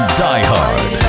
diehard